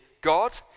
God